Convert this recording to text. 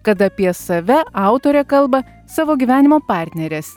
kad apie save autorė kalba savo gyvenimo partnerės